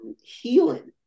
healing